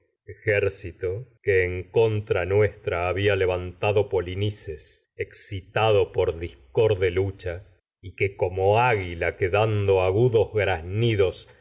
bélico ejército que en contra nuestra ces había levantado polini excitado por discorde lucha y que como agudos